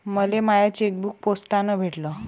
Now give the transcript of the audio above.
मले my chequebook पोस्टानं भेटल